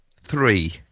three